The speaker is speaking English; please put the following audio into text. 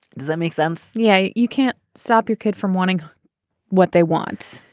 does that make sense. yeah. you can't stop your kid from wanting what they want.